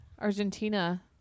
Argentina